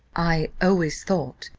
i always thought,